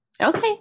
Okay